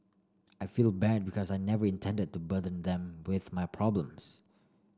I feel bad because I never intended to burden them with my problems